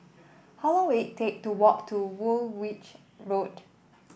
how long will it take to walk to Woolwich Road